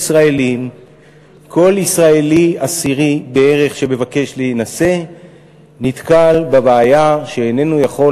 כל ישראלי עשירי בערך שמבקש להינשא נתקל בבעיה שאיננו יכול,